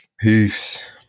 Peace